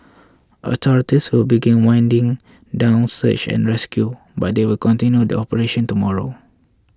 authorities will begin winding down search and rescue but they will continue the operation tomorrow